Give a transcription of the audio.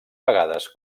vegades